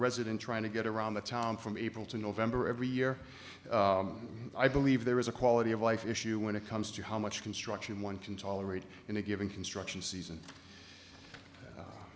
resident trying to get around the town from april to november every year i believe there is a quality of life issue when it comes to how much construction one can tolerate in a given construction season